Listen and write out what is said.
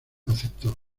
aceptó